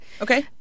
Okay